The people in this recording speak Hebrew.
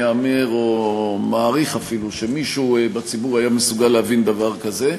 מהמר או מעריך אפילו שמישהו בציבור היה מסוגל להבין דבר כזה,